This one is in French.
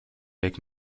avec